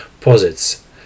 posits